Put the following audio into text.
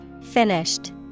Finished